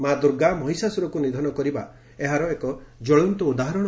ମା' ଦୁର୍ଗା ମହିଷାସୁରକୁ ନିଧନ କରିବା ଏହାର ଏକ ଉଦାହରଣ